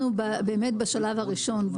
אנחנו נמצאים בשלב הראשון.